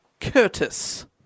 Curtis